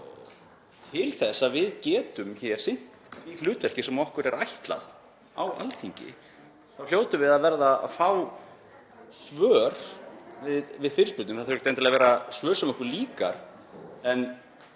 Til þess að við getum sinnt því hlutverki sem okkur er ætlað á Alþingi hljótum við að verða að fá svör við fyrirspurnum. Það þurfa ekki endilega að vera svör sem okkur líkar en